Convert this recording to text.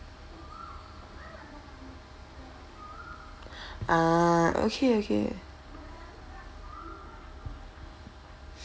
ah okay okay